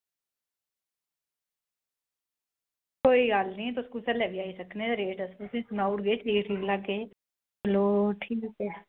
कोई गल्ल निं तुस कुसलै बी आई सकने रेट तुसेंगी सनाई लैगे लोग उट्ठी निं जाचै